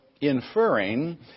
inferring